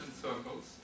circles